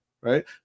right